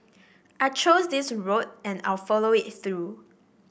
I chose this road and I'll follow it through